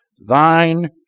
Thine